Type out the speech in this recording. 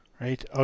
Right